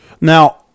Now